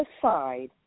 aside